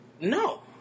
No